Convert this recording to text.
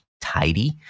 tidy